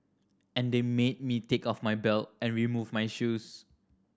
and they made me take off my belt and remove my shoes